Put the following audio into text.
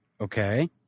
Okay